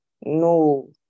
no